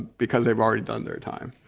because they've already done their time.